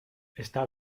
está